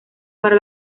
para